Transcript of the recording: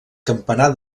campanar